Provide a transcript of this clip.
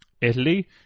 italy